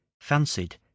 fancied